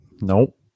Nope